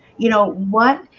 you know what?